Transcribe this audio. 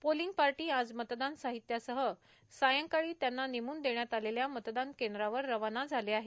polling party आज मतदान साहित्यासह सायंकाळी त्यांना नेमूण देण्यात आलेल्या मतदान केंद्रावर रवाना झाले आहेत